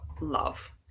love